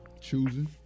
Choosing